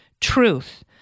truth